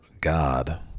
God